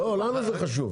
לנו זה חשוב.